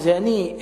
שזה אני,